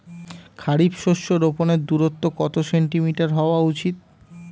খারিফ শস্য রোপনের দূরত্ব কত সেন্টিমিটার হওয়া উচিৎ?